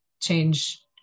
change